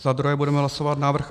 Za druhé budeme hlasovat návrh